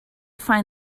find